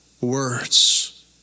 words